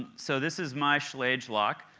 so this is my schlage lock.